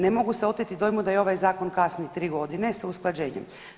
Ne mogu se oteti dojmu da i ovaj zakon kasni 3 godine s usklađenjem.